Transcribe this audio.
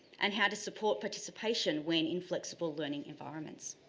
and how to support participation when inflexible learning environments.